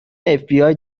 fbi